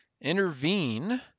intervene